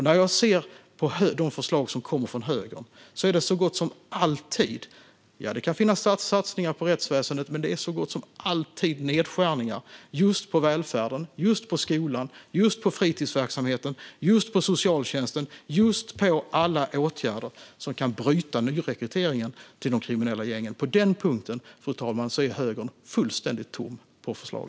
När jag ser de förslag som kommer från högern kan det finnas satsningar på rättsväsendet, men det är så gott som alltid nedskärningar just på välfärden, just på skolan, just på fritidsverksamheten och just på socialtjänsten - just på alla åtgärder som kan bryta nyrekryteringen till de kriminella gängen. På den punkten, fru talman, är högern fullständigt tom på förslag.